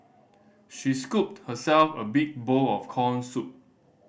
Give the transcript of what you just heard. she scooped herself a big bowl of corn soup